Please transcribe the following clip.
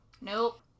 Nope